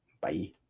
Bye